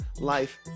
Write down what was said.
life